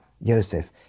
Yosef